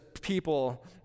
people